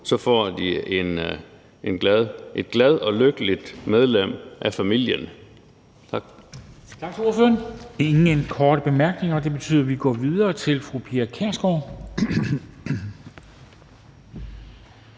får de et glad og lykkeligt medlem af familien. Tak.